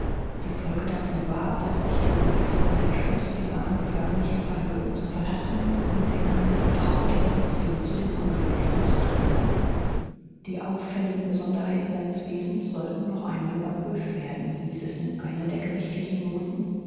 die folge davon war daß sich der magistrat entschloß die bahn förmlicher verhöre zu verlassen und in eine vertrautere beziehung zu dem unglücklichen zu treten die auffälligen besonderheiten seines wesens sollten noch einmal überprüft werden hieß es in einer der gerichtlichen noten